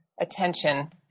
attention